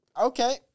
okay